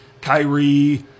Kyrie